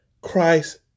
Christ